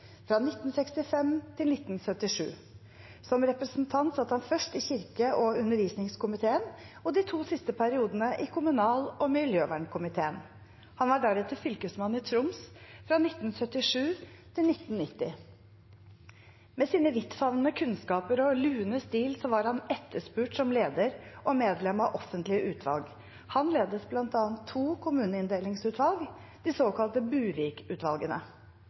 fra 1965 til 1977. Som representant satt han først i kirke- og undervisningskomiteen og de to siste periodene i kommunal- og miljøvernkomiteen. Han var deretter fylkesmann i Troms fra 1977 til 1990. Med sine vidtfavnende kunnskaper og sin lune stil var han etterspurt som leder og medlem av offentlige utvalg. Han ledet bl.a. to kommuneinndelingsutvalg, de såkalte